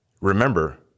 remember